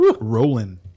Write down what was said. rolling